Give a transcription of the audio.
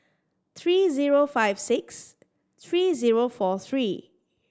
three zero five six three zero four three